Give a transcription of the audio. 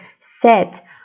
set